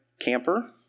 camper